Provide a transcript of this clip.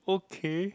okay